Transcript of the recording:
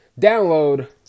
Download